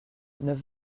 neuf